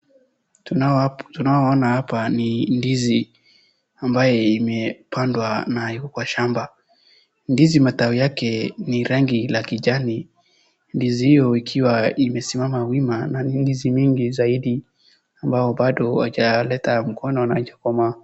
Tunaona hapa ni ndizi ambayo imepandwa na iko kwa shamba. Ndizi matawi yake ni rangi la kijani. Ndizi hiyo ikiwa imesimama wima na ndizi mingi zaidi ambayo bado wajaleta mkono na hiajakomaa.